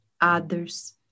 others